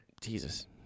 Jesus